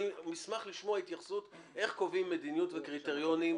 נשמח לשמוע התייחסות איך קובעים מדיניות וקריטריונים,